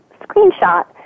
screenshot